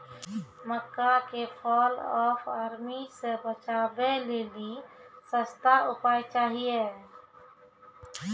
मक्का के fall of army से बचाबै लेली सस्ता उपाय चाहिए?